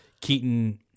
Keaton